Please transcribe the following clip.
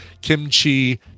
kimchi